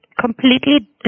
completely